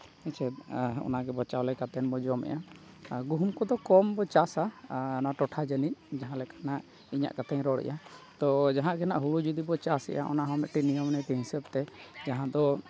ᱦᱮᱸᱥᱮ ᱚᱱᱟ ᱜᱮᱵᱚᱱ ᱪᱟᱣᱞᱟ ᱠᱟᱛᱮᱫ ᱵᱚᱱ ᱡᱚᱢᱮᱜᱼᱟ ᱟᱨ ᱜᱩᱦᱩᱢ ᱠᱫᱚ ᱠᱚᱢ ᱵᱚ ᱪᱟᱥᱟ ᱟᱨ ᱚᱱᱟ ᱴᱚᱴᱷᱟ ᱡᱟᱹᱱᱤᱡ ᱡᱟᱦᱟᱸ ᱞᱮᱠᱟᱱᱟᱦᱟᱜ ᱤᱧᱟᱹᱜ ᱠᱟᱛᱷᱟᱧ ᱨᱚᱲᱮᱫᱼᱟ ᱛᱚ ᱡᱟᱦᱟᱸ ᱜᱮ ᱱᱟᱦᱟᱜ ᱦᱩᱲᱩ ᱡᱩᱫᱤ ᱵᱚ ᱪᱟᱥᱮᱜᱼᱟ ᱚᱱᱟ ᱦᱚᱸ ᱢᱤᱫᱴᱮᱱ ᱱᱤᱭᱚᱢ ᱱᱤᱛᱤ ᱦᱤᱥᱟᱹᱵᱛᱮ ᱡᱟᱦᱟᱸ ᱫᱚ